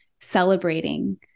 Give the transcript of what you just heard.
celebrating